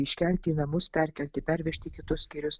iškelti į namus perkelti pervežti į kitus skyrius